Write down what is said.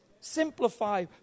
Simplify